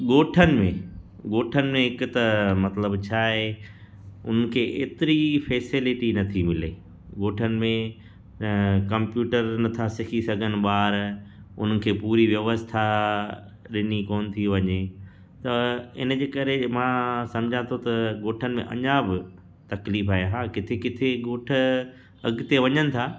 ॻोठनि में ॻोठनि में हिक त मतिलब छा आहे उन खे एतिरी फेसेलिटी नथी मिले ॻोठनि में कंप्यूटर नथा सिखी सघनि ॿार उन्हनि खे पूरी व्यवस्था ॾिनी कोन थी वञे त इन जे करे मां सम्झा थो त ॻोठनि में अञा बि तकलीफ़ आहे हा किथे किथे ॻोठ अॻिते वञनि था